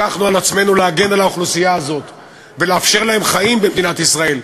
לקחנו על עצמנו להגן על האוכלוסייה הזאת ולאפשר להם חיים במדינת ישראל,